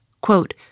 quote